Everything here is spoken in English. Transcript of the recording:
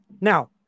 Now